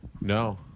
No